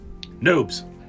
Noobs